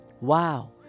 Wow